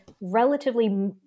relatively